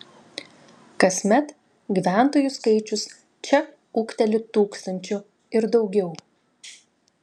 kasmet gyventojų skaičius čia ūgteli tūkstančiu ir daugiau